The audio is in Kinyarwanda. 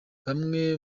bamwe